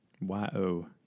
Y-O